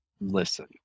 listen